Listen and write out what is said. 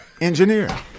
engineer